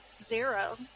Zero